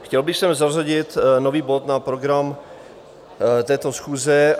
Chtěl bych sem zařadit nový bod na program této schůze.